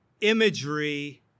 imagery